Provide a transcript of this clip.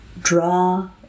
draw